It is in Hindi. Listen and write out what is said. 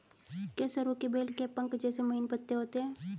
क्या सरु के बेल के पंख जैसे महीन पत्ते होते हैं?